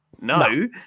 no